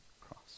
cross